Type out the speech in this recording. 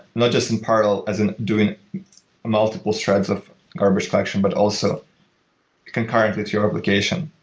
not just in parallel, as in doing multiple shreds of garbage collection, but also concurrently to your application.